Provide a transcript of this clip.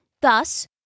Thus